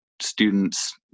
students